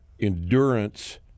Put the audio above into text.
endurance